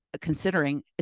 considering